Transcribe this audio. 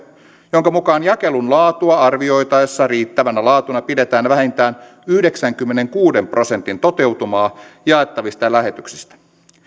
jonka mukaan jakelun laatua arvioitaessa riittävänä laatuna pidetään vähintään yhdeksänkymmenenkuuden prosentin toteutumaa jaettavista lähetyksistä